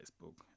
Facebook